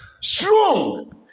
Strong